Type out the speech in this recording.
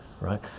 right